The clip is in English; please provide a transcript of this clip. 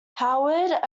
howard